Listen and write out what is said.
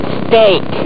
steak